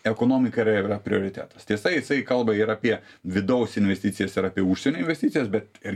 ekonomika yra ir yra prioritetas tiesa jisai kalba ir apie vidaus investicijas ir apie užsienio investicijas bet ir